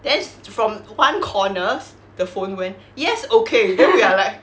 the~ is from one corners the phone went yes okay then we're like